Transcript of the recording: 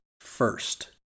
first